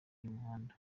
y’umuhanda